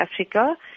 Africa